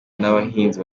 n’abahinzi